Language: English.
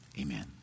amen